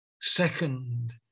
Second